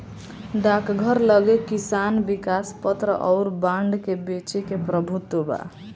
डाकघर लगे किसान विकास पत्र अउर बांड के बेचे के प्रभुत्व बा